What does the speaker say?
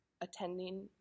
attending